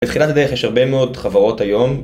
בתחילת הדרך יש הרבה מאוד חברות היום